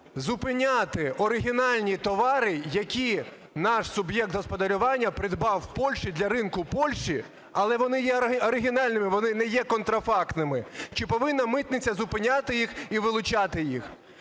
зупиняти оригінальні товари, які наш суб'єкт господарювання придбав в Польщі для ринку Польщі, але вони є оригінальними, вони не є контрафактними? Чи повинна митниця зупиняти їх і вилучати їх?